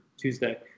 Tuesday